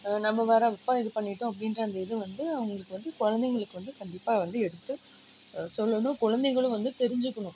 நம்ப வரப்போ இது பண்ணிட்டோம் அப்படின்ற அந்த இது வந்து அவங்களுக்கு வந்து குழந்தைகளுக்கு வந்து கண்டிப்பாக வந்து எடுத்து சொல்லணும் குழந்தைகளும் வந்து தெரிஞ்சுக்கணும்